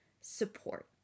support